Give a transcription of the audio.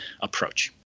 approach